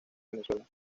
venezuela